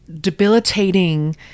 debilitating